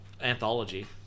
anthology